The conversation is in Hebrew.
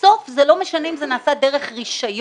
בסוף זה לא משנה אם זה נעשה דרך רישיון.